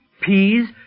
peas